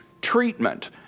treatment